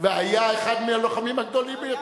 והיה אחד מהלוחמים הגדולים.